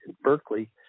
Berkeley